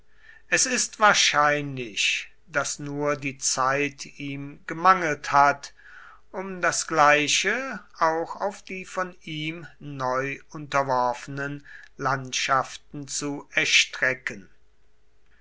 es ist wahrscheinlich daß nur die zeit ihm gemangelt hat um das gleiche auch auf die von ihm neu unterworfenen landschaften zu erstrecken